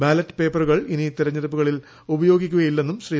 ballot പേപ്പറുകൾ ഇനി തെരഞ്ഞെടുപ്പുകളിൽ ഉപയോഗിക്കുകയില്ലെന്നും ശ്രീ